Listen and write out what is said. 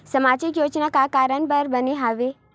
सामाजिक योजना का कारण बर बने हवे?